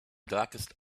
darkest